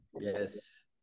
Yes